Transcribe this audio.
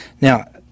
Now